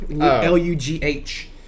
L-U-G-H